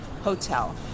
Hotel